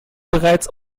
bereits